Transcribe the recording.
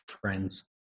friends